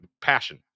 passion